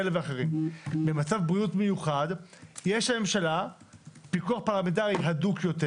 במצב בריאות מיוחד יש לממשלה פיקוח פרלמנטרי הדוק יותר.